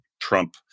Trump